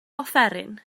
offeryn